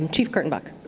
and chief kurtenbach.